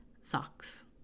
socks